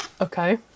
Okay